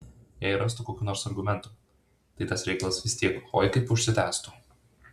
jei ir rastų kokių nors argumentų tai tas reikalas vis tiek oi kaip užsitęstų